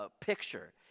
picture